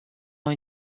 ont